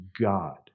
God